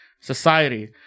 society